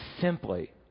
simply